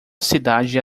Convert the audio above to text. cidade